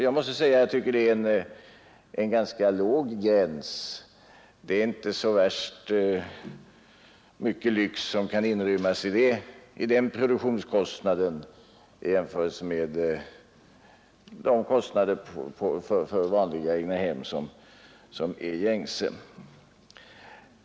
Jag måste säga att detta är en låg gräns. Det är inte så värst mycket lyx som kan inrymmas i den produktionskostnaden i jämförelse med den standard som är gängse för vanliga egnahem.